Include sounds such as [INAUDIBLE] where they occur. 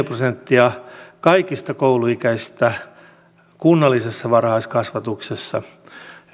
[UNINTELLIGIBLE] prosenttia kaikista kouluikäisistä kunnallisessa varhaiskasvatuksessa